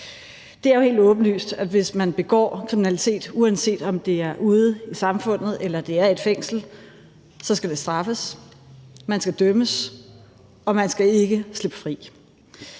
Det er jo helt åbenlyst, at hvis man begår kriminalitet, uanset om det er ude i samfundet eller det er i et fængsel, skal det straffes. Man skal dømmes, og man skal ikke slippe fri.